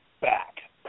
back